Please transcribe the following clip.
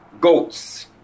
goats